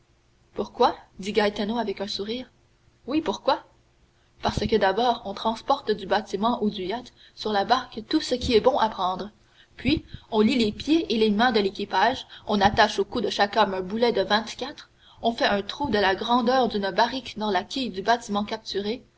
pourquoi dit gaetano avec un sourire oui pourquoi parce que d'abord on transporte du bâtiment ou un yacht sur la barque tout ce qui est bon à prendre puis on lie les pieds et les mains à l'équipage on attache au cou de chaque homme un boulet de vingt-quatre on fait un trou de la grandeur d'une barrique dans la quille du bâtiment capturé